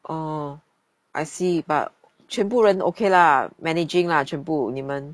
oh I see but 全部人 okay lah managing 啦全部你们